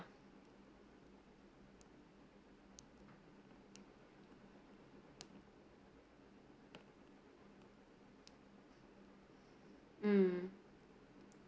mm